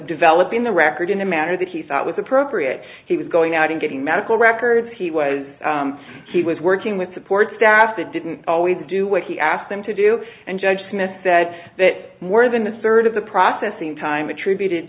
developing the record in a manner that he thought was appropriate he was going out and getting medical records he was he was working with support staff that didn't always do what he asked them to do and judge smith said that more than a third of the processing time attributed